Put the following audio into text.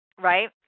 Right